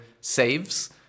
saves